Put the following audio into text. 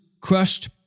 crushed